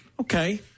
Okay